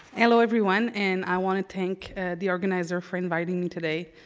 hello everyone, and i want to thank the organizer for inviting me today.